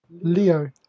leo